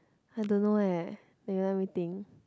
I don't know eh wait let me think